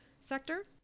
sector